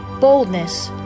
boldness